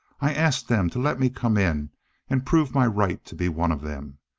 i asked them to let me come in and prove my right to be one of them.